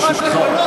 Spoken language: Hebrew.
ברשותך.